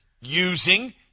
using